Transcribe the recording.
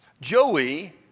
Joey